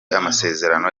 amasezerano